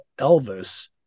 Elvis